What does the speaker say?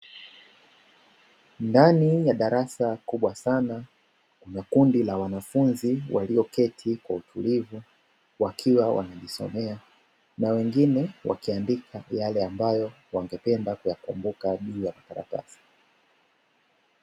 Ndani ya darasa kubwa sana, kuna kundi la wanafunzi walioketi kwa utulivu, wakiwa wanajisomea na wengine wakiandika, yale ambayo wangependa kuyakumbuka juu ya vikaratasi.